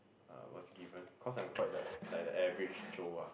uh was given cause I'm quite the like the average Joe ah